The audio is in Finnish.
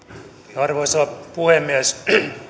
arvoisa puhemies